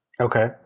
Okay